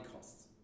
costs